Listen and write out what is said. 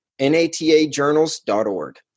natajournals.org